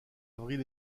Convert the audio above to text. avril